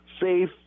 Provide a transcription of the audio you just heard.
safe